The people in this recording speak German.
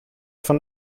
von